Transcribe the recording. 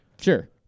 Sure